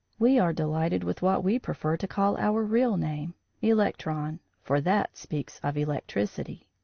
we are delighted with what we prefer to call our real name electron for that speaks of electricity.